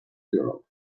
girl